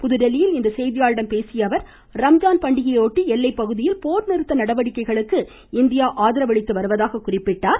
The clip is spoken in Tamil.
புதுதில்லியில் இன்று செய்தியாளர்களிடம் பேசிய அவர் ரம்ஜான் பண்டிகையையொட்டி எல்லைப்பகுதிகளில் போர்நிறுத்த நடவடிக்கைகளுக்கு இந்தியா ஆதரவளித்து வருவதாக கூறினார்